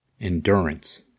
Endurance